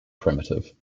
primitive